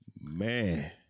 Man